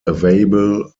available